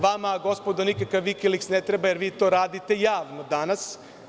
Vama, gospodo, nikakav Vikiliks ne treba, jer vi to radite javno danas.